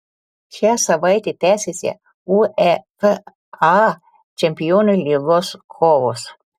šią savaitę tęsiasi uefa čempionų lygos kovos